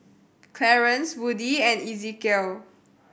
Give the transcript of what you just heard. Clarance Woody and Ezekiel